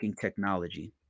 technology